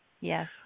Yes